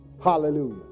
Hallelujah